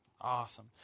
Awesome